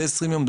זה 20 יום,